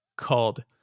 called